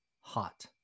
hot